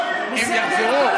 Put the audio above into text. הם יחזרו.